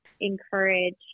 encourage